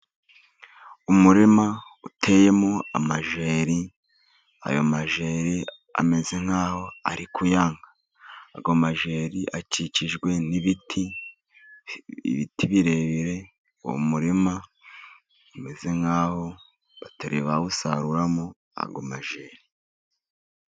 Umurima uteyemo amajeri. Ayo majeri ameze nkaho ari kuyangaga, amajeri akikijwe n'ibiti. Ibiti birebire uwo murima umeze nkaho batari bawusaruramo ayo majeri.